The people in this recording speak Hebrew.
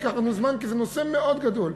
ייקח לנו זמן, כי זה נושא מאוד גדול.